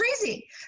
crazy